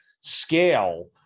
scale